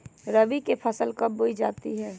रबी की फसल कब बोई जाती है?